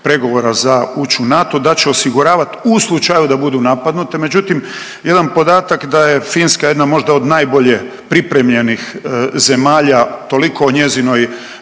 pregovora za ući u NATO da će osiguravat u slučaju da budu napadnute. Međutim, jedan podatak da je Finska jedna možda od najbolje pripremljenih zemalja, toliko o njezinoj